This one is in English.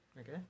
Okay